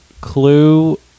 clue